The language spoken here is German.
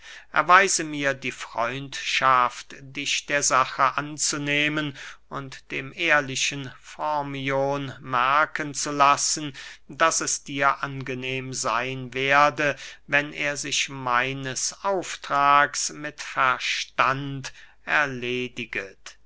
erweise mir die freundschaft dich der sache anzunehmen und dem ehrlichen formion merken zu lassen daß es dir angenehm seyn werde wenn er sich meines auftrags mit verstand erlediget